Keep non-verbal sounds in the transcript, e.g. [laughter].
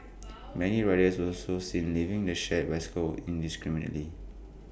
[noise] many riders were also seen leaving the shared bicycles indiscriminately